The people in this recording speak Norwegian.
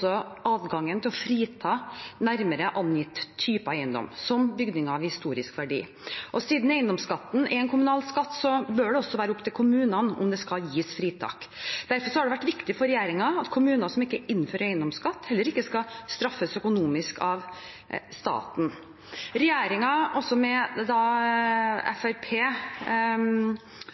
adgang til å frita nærmere angitte typer eiendom, som bygninger av historisk verdi. Siden eiendomsskatten er en kommunal skatt, bør det også være opp til kommunene om det skal gis fritak. Derfor har det vært viktig for regjeringen at kommuner som ikke innfører eiendomsskatt, heller ikke skal straffes økonomisk av staten. Regjeringen, også med